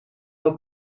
dat